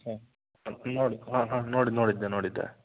ನೋಡಿ ಹಾಂ ಹಾಂ ನೋಡ ನೋಡಿದ್ದೆ ನೋಡಿದ್ದೆ